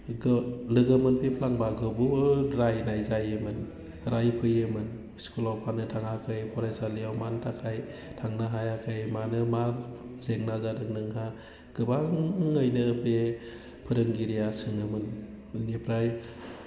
लोगोबो फैफ्लांबा बुहुत रायनाय जायोमोन रायफैयोमोन स्कुलाव मानो थाङाखै फरायसालियाव मानि थाखाय थांनो हायाखै मानो मा जेंना जादों नोंहा गोबाङैनो बे फोरोंगिरिया सोङोमोन बेनिफ्राय